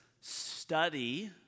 study